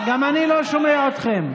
גם אני לא שומע אתכם.